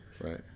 Right